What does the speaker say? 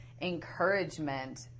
encouragement